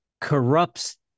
corrupts